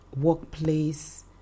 workplace